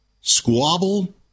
squabble